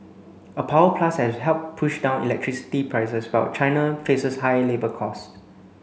a power plus has helped push down electricity prices while China faces high labour cost